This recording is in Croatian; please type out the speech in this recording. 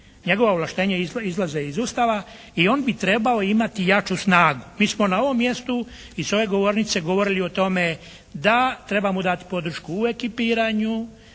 Njegova ovlaštenja izlaze iz Ustava i on bi trebao imati jaču snagu. Mi smo na ovom mjestu i sa ove govornice govorili o tome da treba mu dati podršku u ekipiranju,